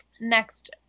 Next